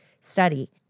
study